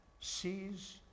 sees